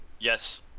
yes